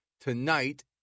tonight